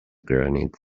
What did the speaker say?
granite